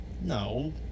No